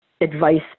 advice